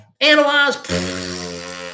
Analyze